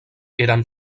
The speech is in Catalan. eren